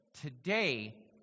today